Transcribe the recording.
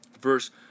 verse